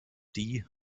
die